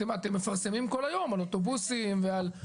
אתם מפרסמים כל היום על אוטובוסים ועל כל מיני.